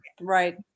right